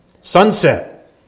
Sunset